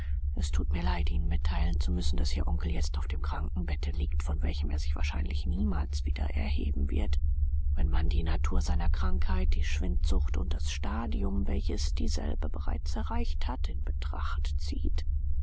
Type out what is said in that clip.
es thut mir leid ihnen mitteilen zu müssen daß ihr onkel jetzt auf dem krankenbette liegt von welchem er sich wahrscheinlich niemals wieder erheben wird wenn man die natur seiner krankheit die schwindsucht und das stadium welches dieselbe bereits erreicht hat in betracht zieht